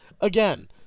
Again